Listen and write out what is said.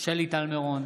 שלי טל מירון,